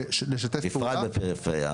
בפרט בפריפריה.